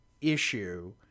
issue